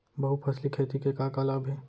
बहुफसली खेती के का का लाभ हे?